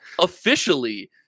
officially